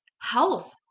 health